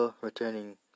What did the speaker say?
returning